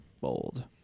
bold